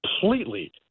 completely